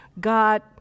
God